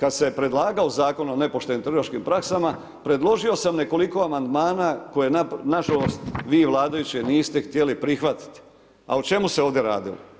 kada se predlagao Zakon o nepoštenim trgovačkim praksama, predložio sam nekoliko amandmana koje nažalost vi vladajući niste htjeli prihvatiti, a o čemu se ovdje radilo.